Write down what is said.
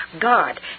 God